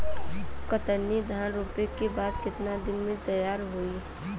कतरनी धान रोपे के बाद कितना दिन में तैयार होई?